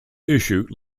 issue